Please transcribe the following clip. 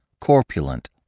corpulent